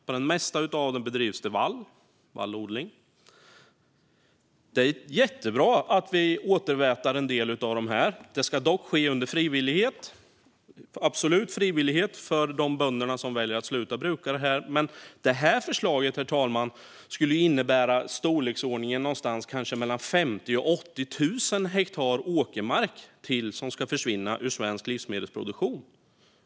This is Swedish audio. På den mesta av den bedrivs det vallodling. Det är jättebra att vi återväter en del. Det ska dock ske under absolut frivillighet. De bönder som väljer att sluta bruka detta ska göra det frivilligt. Men det här förslaget, herr talman, skulle innebära att det skulle försvinna i storleksordningen någonstans mellan 50 000 och 80 000 hektar åkermark för svensk livsmedelsproduktion.